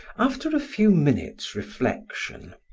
after a few minutes' reflection,